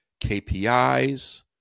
KPIs